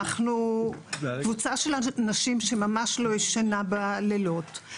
אנחנו קבוצה של אנשים שממש לא ישנה בלילות,